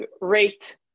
rate